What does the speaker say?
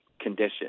condition